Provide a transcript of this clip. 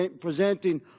presenting